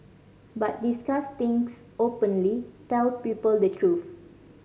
but discuss things openly tell people the truth